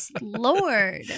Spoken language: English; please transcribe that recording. Lord